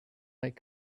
like